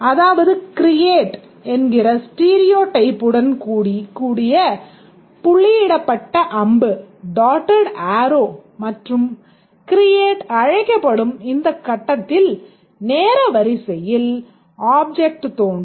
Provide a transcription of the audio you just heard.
அதாவது create என்கிற ஸ்டீரியோடைப்புடன் கூடிய புள்ளியிடப்பட்ட அம்பு மற்றும் create அழைக்கப்படும் இந்த கட்டத்தில் நேரவரிசையில் ஆப்ஜெக்ட் தோன்றும்